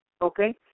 okay